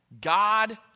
God